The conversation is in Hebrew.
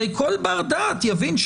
הרי כל בר דעת יבין,